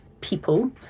people